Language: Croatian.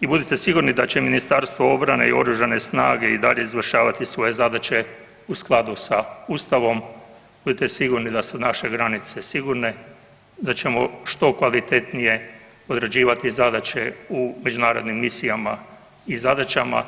i budite sigurni da će Ministarstvo obrane i oružane snage i dalje izvršavati svoje zadaće u skladu sa ustavom, budite sigurni da su naše granice sigurne, da ćemo što kvalitetnije odrađivati zadaće u međunarodnim misijama i zadaćama.